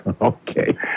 okay